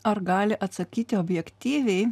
ar gali atsakyti objektyviai